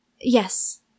Yes